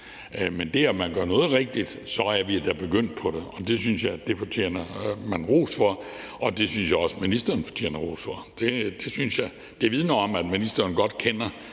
ved det, at man gør noget rigtigt, er man da begyndt på noget, og det synes jeg man fortjener ros for. Det synes jeg også ministeren fortjener ros for. Det synes jeg. Det vidner om, at ministeren godt kender